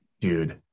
dude